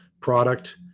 product